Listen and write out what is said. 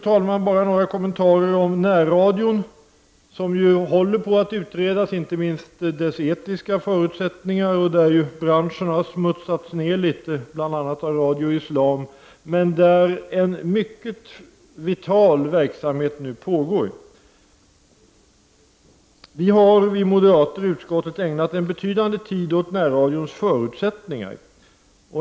Jag vill också göra några kommentarer om närradion, som håller på att utredas, inte minst dess etiska förutsättningar. Där har branschen smutsats ned litet, bl.a. av Radio Islam. Men en mycket vital verksamhet pågår. Vi moderater i utskottet har ägnat betydande tid åt närradions förutsättningar.